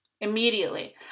Immediately